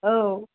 औ